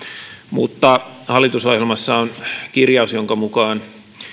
mutta hallitusohjelmassa on kirjaus jonka mukaan